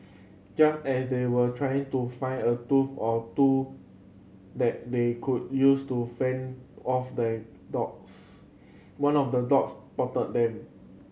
just as they were trying to find a tool or two that they could use to fend off the dogs one of the dogs spotted them